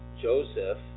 Joseph